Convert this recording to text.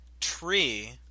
Tree